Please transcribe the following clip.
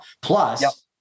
Plus